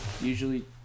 usually